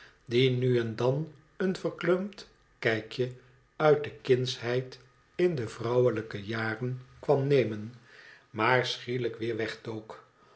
die nu en dan een verkleumd kijkje uit de kindsheid in de vrouwelijke jaren kwam nemen maar schielijk weer wegdook